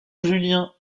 julien